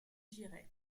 j’irai